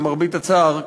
למרבה הצער,